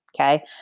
okay